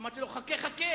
אמרתי לו: חכה חכה,